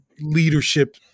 leadership